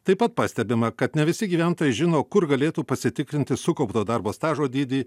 taip pat pastebima kad ne visi gyventojai žino kur galėtų pasitikrinti sukaupto darbo stažo dydį